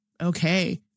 okay